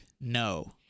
No